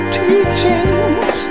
teachings